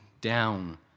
down